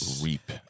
reap